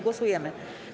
Głosujemy.